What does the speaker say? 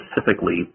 specifically